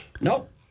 Nope